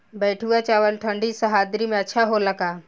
बैठुआ चावल ठंडी सह्याद्री में अच्छा होला का?